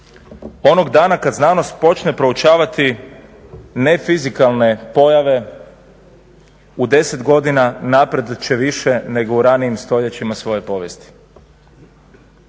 "Onog dana kad znanost počne proučavati nefizikalne pojave, u 10 godina napredovat će više nego u ranijim stoljećima svoje povijesti.